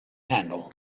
handle